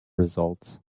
results